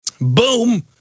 Boom